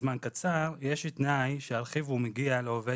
זמן קצר יש תנאי שהרכיב הוא מגיע לעובד